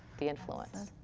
the influence.